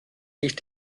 sich